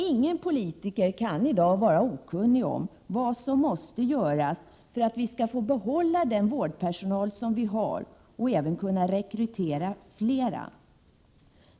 Ingen politiker kan i dag vara okunnig om vad som måste göras för att vi skall få behålla den vårdpersonal som vi har och även kunna rekrytera ytterligare.